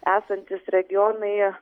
esantys regionai